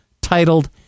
titled